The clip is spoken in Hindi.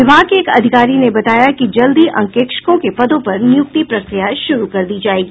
विभाग के एक अधिकारी ने बताया कि जल्द ही अंकेक्षकों के पदों पर नियुक्ति प्रक्रिया शुरू कर दी जायेगी